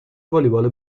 والیبال